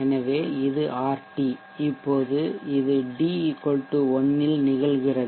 எனவே இது ஆர்டி இப்போது இது d 1 இல் நிகழ்கிறது